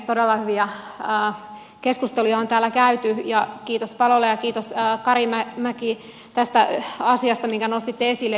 todella hyviä keskusteluja on täällä käyty ja kiitos palola ja kiitos karimäki tästä asiasta jonka nostitte esille tämän esteettömyyden